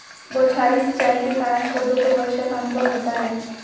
बौछारी सिंचाई के कारण पौधों को वर्षा का अनुभव होता है